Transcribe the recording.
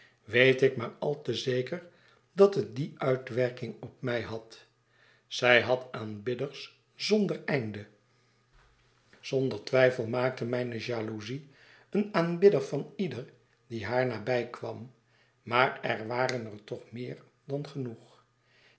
weet ik maar al te zeker dat het die uitwerking op mij had zij had aanbidders zonder einde zonder twijfel maakte mijne jaloezie een aanbidder van ieder die haar nabij kwam maar er waren er toch meer dan genoeg